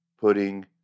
putting